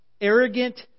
arrogant